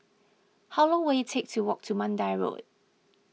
how long will it take to walk to Mandai Road